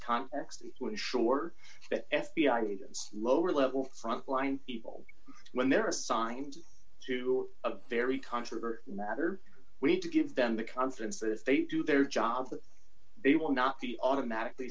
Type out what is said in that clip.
context to ensure that f b i agents lower level frontline people when they're assigned to a very controversial matter we need to give them the confidence that d if they do their job that they will not be automatically